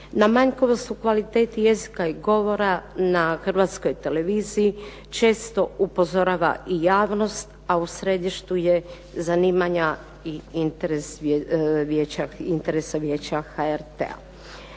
Na manjkavost u kvaliteti jezika i govora na Hrvatskoj televiziji često upozorava i javnost, a u središtu je zanimanja i interesa Vijeća HRT-a.